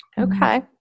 Okay